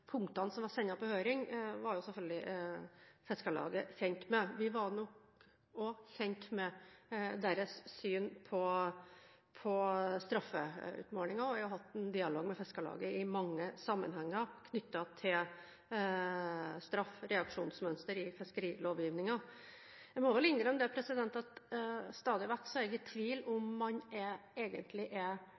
punktene som var sendt på høring, var selvfølgelig Fiskarlaget kjent med. Vi var også kjent med deres syn på straffeutmålingen. Jeg har hatt en dialog med Fiskarlaget i mange sammenhenger knyttet til straff og reaksjonsmønster i fiskerilovgivningen. Jeg må vel innrømme at stadig vekk er jeg i tvil om det egentlig er straffenivået man er uenig i, eller om det er